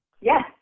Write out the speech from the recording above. Yes